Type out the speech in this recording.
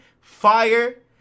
fire